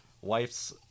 wife's